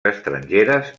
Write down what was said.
estrangeres